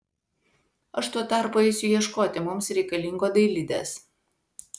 aš tuo tarpu eisiu ieškoti mums reikalingo dailidės